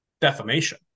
defamation